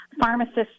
Pharmacists